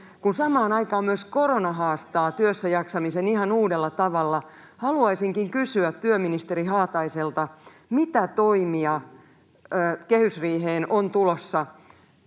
Kun samaan aikaan myös korona haastaa työssäjaksamisen ihan uudella tavalla, haluaisinkin kysyä työministeri Haataiselta: mitä toimia kehysriiheen on tulossa